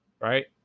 right